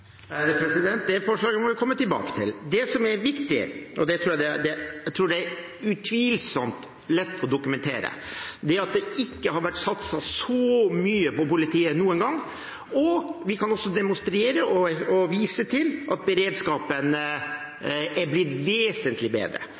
Det forslaget må vi komme tilbake til. Det som er viktig – og det er, tror jeg, utvilsomt lett å dokumentere – er at det ikke har vært satset så mye på politiet noen gang. Vi kan også demonstrere og vise til at beredskapen er blitt vesentlig bedre.